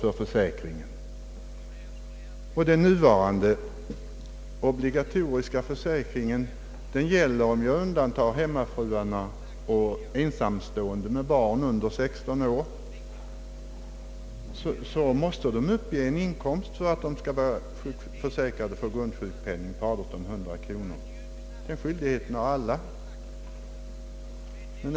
Enligt bestämmelserna för den nuvarande obligatoriska försäkringen måste alla — med undantag av hemmafruar och ensamstående med barn under 16 år — ha en inkomst av minst 1800 kronor för att bli försäkrade för grundsjukpenning.